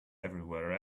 everywhere